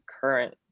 current